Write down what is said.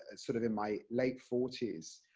and sort of in my late forties,